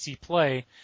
play